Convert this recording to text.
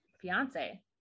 fiance